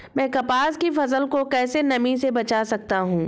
मैं कपास की फसल को कैसे नमी से बचा सकता हूँ?